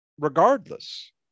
regardless